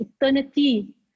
eternity